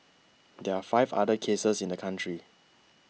there are five other cases in the country